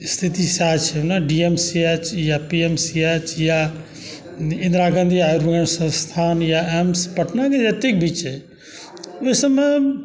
स्थिति सएह छै ओना डी एम सी एच या पी एम सी एच या इन्दिरा गाँधी आयुर्वेद संस्थान या एम्स पटनाके जतेक भी छै ओहिसबमे